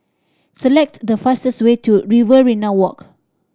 select the fastest way to Riverina Walk